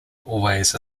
always